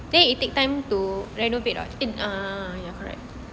uh ya correct